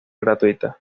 gratuitas